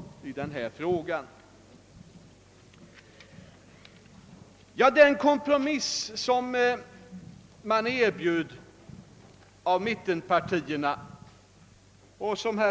Herr Hedlund sade tidigare att den kompromiss, som mittenpartierna erbjöd, innebär en »ömklig skillnad». Vad skulle man